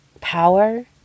power